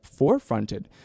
forefronted